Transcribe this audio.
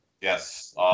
Yes